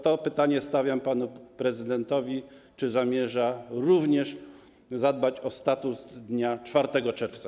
To pytanie stawiam panu prezydentowi: Czy zamierza pan również zadbać o status dnia 4 czerwca?